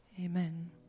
Amen